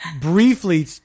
briefly